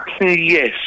Yes